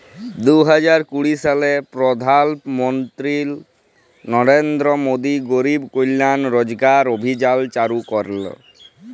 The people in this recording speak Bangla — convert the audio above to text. দু হাজার কুড়ি সালে পরধাল মলত্রি লরেলদ্র মোদি গরিব কল্যাল রজগার অভিযাল চালু ক্যরেল